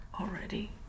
Already